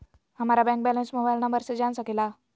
हमारा bank balance mobile number से जान सके ला?